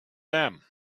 them